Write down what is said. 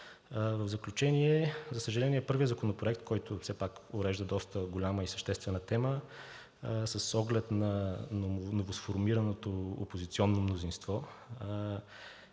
В заключение, за съжаление, първият законопроект, който все пак урежда доста голяма и съществена тема, с оглед на новосформираното опозиционно мнозинство,